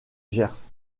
gers